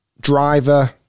driver